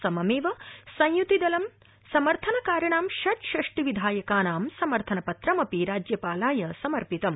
सममध्य संयुतिदलं समर्थनकारिणां षट्षष्टि विद्यायकानां समर्थनपत्रमपि राज्यपालाय समर्पितम